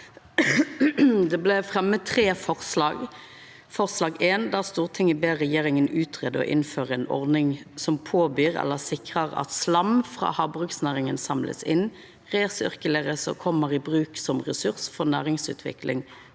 dette representantforslaget: «1) Stortinget ber regjeringen utrede og innføre en ordning som påbyr eller sikrer at slam fra havbruksnæringen samles inn, resirkuleres og kommer i bruk som ressurs for næringsutvikling